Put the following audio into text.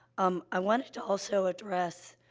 um, i wanted to also address,